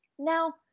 Now